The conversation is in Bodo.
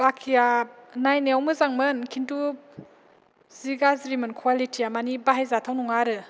बाखिया नायनायाव मोजां मोन खिन्थु जि गाज्रि मोन कवालिथिया मानि बाहाय जाथाव नङा आरो